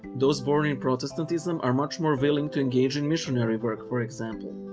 those born in protestantism are much more willing to engage in missionary work, for example.